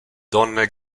donne